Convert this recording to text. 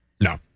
No